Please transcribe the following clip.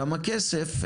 כמה כסף,